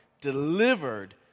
delivered